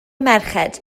merched